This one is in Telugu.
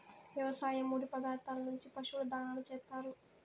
వ్యవసాయ ముడి పదార్థాల నుంచి పశువుల దాణాను చేత్తారు